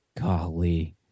golly